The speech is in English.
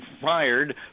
fired